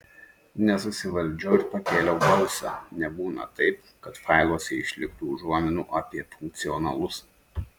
nesusivaldžiau ir pakėliau balsą nebūna taip kad failuose išliktų užuominų apie funkcionalus